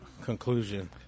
conclusion